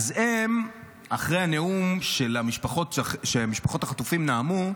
אחרי הנאום שמשפחות החטופים נאמו,